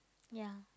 ya